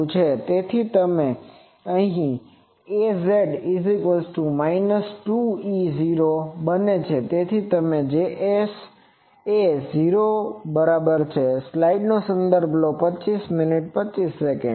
તેથી તે az×2E0 બને છે તેથી Js એ 0 છે